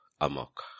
amok